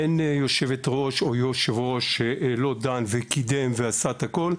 אין יושבת-ראש או יושב-ראש שלא דן וקידם ועשה את הכול,